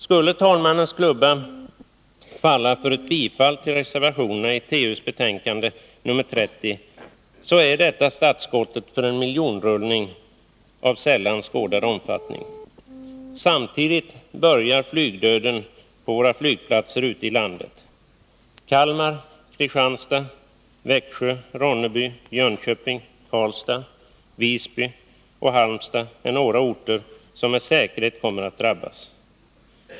Skulle talmannens klubba falla för ett bifall till reservationerna i TU:s betänkande nr 30 är detta startskottet för en miljonrullning av sällan skådad omfattning. Samtidigt börjar flygdöden på våra flygplatser ute i landet. Kalmar, Kristianstad, Växjö, Ronneby, Jönköping, Karlstad, Visby och Halmstad är några orter som med säkerhet kommer att drabbas.